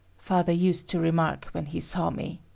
father used to remark when he saw me.